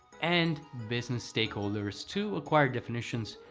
and business stakeholders to acquire definitions,